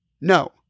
no